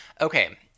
Okay